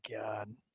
God